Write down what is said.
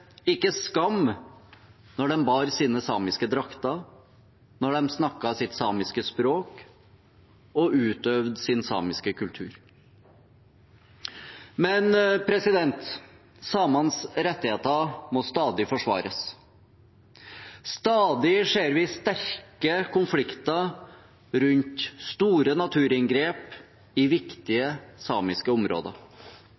ikke skam, når de bar sine samiske drakter, når de snakket sitt samiske språk og utøvde sin samiske kultur. Men samenes rettigheter må stadig forsvares. Stadig ser vi sterke konflikter rundt store naturinngrep i viktige